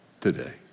today